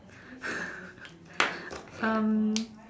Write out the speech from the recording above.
um